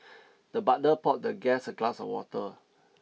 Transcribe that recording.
the butler poured the guest a glass of water